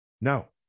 No